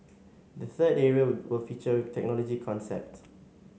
the third area will feature technology concept